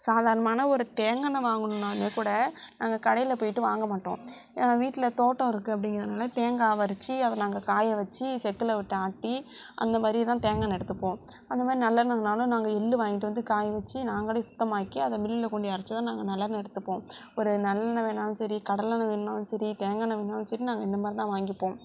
சாதாரணமான ஒரு தேங்காய் எண்ணெய் வாங்கணும்னாலுமே கூட நாங்கள் கடையில் போய்ட்டு வாங்க மாட்டோம் ஏன்னா வீட்டில் தோட்டம் இருக்குது அப்படிங்கிறதால தேங்காய் பறிச்சு அதை நாங்கள் காய வச்சு செக்கில் விட்டு ஆட்டி அந்தமாதிரி தான் தேங்காய் எண்ணெய் எடுத்துப்போம் அந்தமாதிரி நல்லெண்ணெய் வேணும்னாலும் நாங்கள் எள் வாங்கிட்டு வந்து காய வச்சு நாங்களே சுத்தமாக்கி அதை மில்லில் கொண்டு போய் அரைச்சி தான் நாங்கள் நல்லெண்ணெய் எடுத்துப்போம் ஒரு நல்லெண்ணெய் வேணும்னாலும் சரி கடலெண்ணெய் வேணும்னாலும் சரி தேங்காய் எண்ணெய் வேணும்னாலும் சரி நாங்கள் இந்த மாதிரிதான் வாங்கிப்போம்